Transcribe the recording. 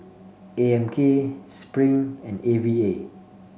A M K Spring and A V A